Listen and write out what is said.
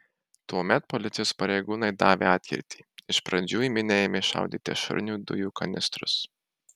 tuomet policijos pareigūnai davė atkirtį iš pradžių į minią ėmė šaudyti ašarinių dujų kanistrus